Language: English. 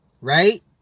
Right